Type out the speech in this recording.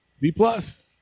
B-plus